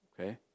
okay